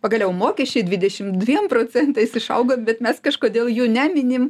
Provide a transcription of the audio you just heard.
pagaliau mokesčiai dvidešim dviem procentais išaugo bet mes kažkodėl jų neminim